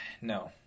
No